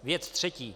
Věc třetí.